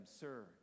Sir